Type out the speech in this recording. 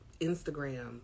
Instagram